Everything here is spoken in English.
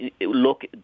look